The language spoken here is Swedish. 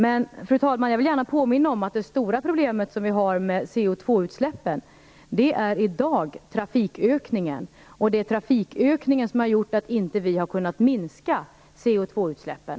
Men, fru talman, jag vill gärna påminna om att det stora problem som vi har med CO2-utsläppen i dag utgörs av trafikökningen. Det är trafikökningen som har gjort att vi inte har kunnat minska CO2-utsläppen.